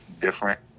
different